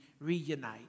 reunite